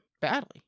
badly